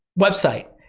website.